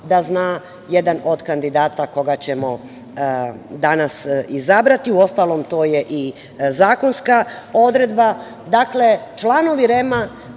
da zna jedan od kandidat koga ćemo danas izabrati, uostalom to je i zakonska odredba. Dakle, članovi REM-a